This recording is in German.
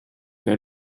der